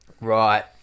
Right